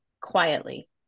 quietly